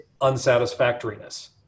unsatisfactoriness